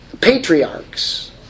Patriarchs